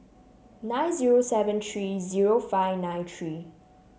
nine zero seven three zero five nine three